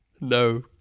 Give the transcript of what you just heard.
no